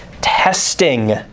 testing